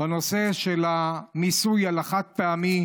בנושא המיסוי של החד-פעמי,